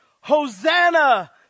Hosanna